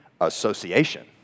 Association